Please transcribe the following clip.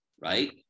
right